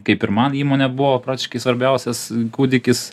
kaip ir man įmonė buvo praktiškai svarbiausias kūdikis